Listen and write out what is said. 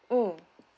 mm